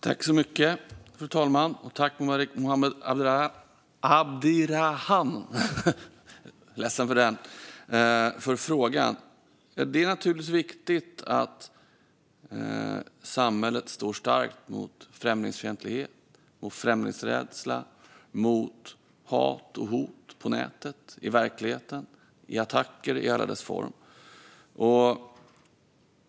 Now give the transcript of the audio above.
Fru talman! Tack, Mubarik Mohamed Abdirahman, för frågan! Det är naturligtvis viktigt att samhället står starkt mot främlingsfientlighet, främlingsrädsla och mot hat och hot på nätet, i verkligheten och i attacker i alla former.